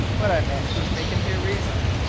but i managed to make him hear reason.